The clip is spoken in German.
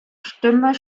stimme